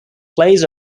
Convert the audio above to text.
plays